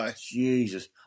Jesus